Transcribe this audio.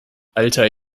alter